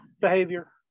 behavior